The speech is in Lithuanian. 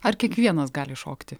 ar kiekvienas gali šokti